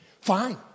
Fine